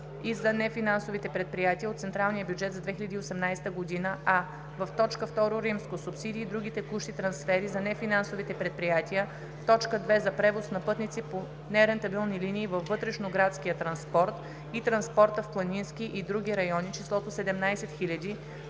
и за нефинансовите предприятия от централния бюджет за 2018 г.“: a. В т. II. Субсидии и други текущи трансфери за нефинансовите предприятия, т. 2 – за превоз на пътници по нерентабилни линии във вътрешноградския транспорт и транспорта в планински и други райони, числото „17 000,0“